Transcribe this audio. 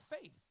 faith